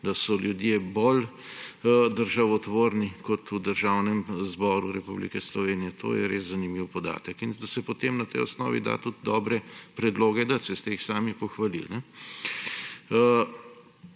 da so ljudje bolj državotvorni kot v Državnem zboru Republike Slovenije, to je res zanimiv podatek, in da se potem na tej osnovi da tudi dobre predloge, saj ste jih sami pohvalili.